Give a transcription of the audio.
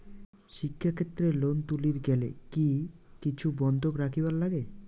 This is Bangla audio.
শিক্ষাক্ষেত্রে লোন তুলির গেলে কি কিছু বন্ধক রাখিবার লাগে?